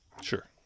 Sure